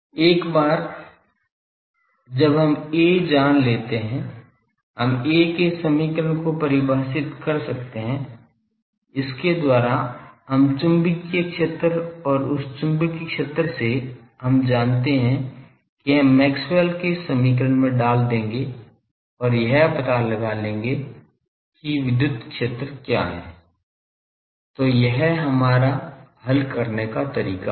एक बार जब हम A जान जाते हैं हम A के समीकरण को परिभाषित कर सकते हैं इसके द्वारा हम चुंबकीय क्षेत्र और उस चुंबकीय क्षेत्र से हम जानते हैं कि हम मैक्सवेल के समीकरण में डाल देंगे और यह पता लगा लेंगे कि विद्युत क्षेत्र क्या है तो यह हमारा हल करने का तरीका होगा